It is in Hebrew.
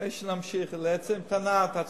לפני שנמשיך, לעצם הטענה אתה צודק.